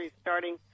starting